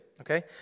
okay